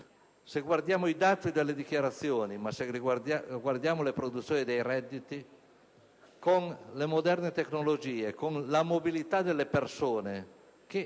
se guardiamo ai dati delle dichiarazioni e alle produzioni dei redditi, con le moderne tecnologie e la mobilità delle persone che